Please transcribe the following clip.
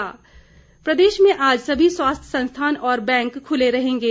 अधिस्चना प्रदेश में आज सभी स्वास्थ्य संस्थान और बैंक खुले रहेंगे